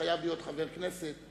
שחייב להיות חבר הכנסת,